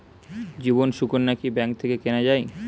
জীবন সুকন্যা কি ব্যাংক থেকে কেনা যায়?